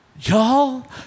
y'all